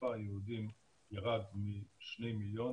מספר היהודים ירד משני מיליון